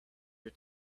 her